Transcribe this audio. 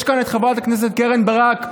יש כאן את חברת הכנסת קרן ברק,